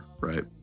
right